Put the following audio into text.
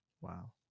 wow